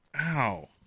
Ow